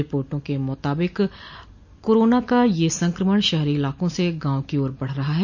रिपोर्टो के मुताबिक करोना का यह संक्रमण शहरी इलाकों से गांव की ओर आगे बढ़ रहा है